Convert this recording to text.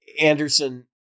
Anderson